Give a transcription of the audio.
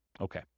Okay